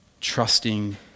trusting